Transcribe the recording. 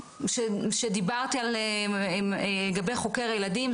זו אותה חשיבות בדיוק כפי שדיברתי לגבי חוקר ילדים.